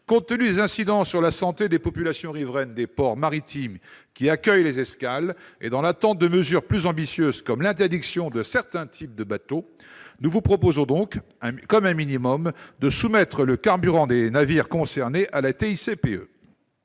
Compte tenu des incidences sur la santé des populations riveraines des ports maritimes qui accueillent les escales, et dans l'attente de mesures plus ambitieuses, comme l'interdiction de certains types de bateaux, le présent amendement vise à soumettre le carburant des navires concernés à la TICPE.